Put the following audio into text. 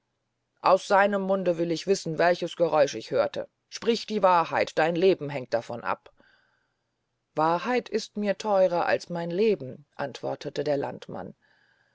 aus seinem munde will ich wissen welches geräusch ich hörte sprich die wahrheit dein leben hängt davon ab wahrheit ist mir theurer als mein leben antwortete der landmann